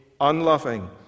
unloving